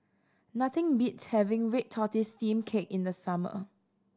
nothing beats having red tortoise steamed cake in the summer